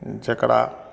जेकरा